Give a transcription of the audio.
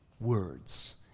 words